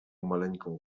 maleńką